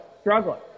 struggling